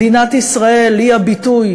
מדינת ישראל היא הביטוי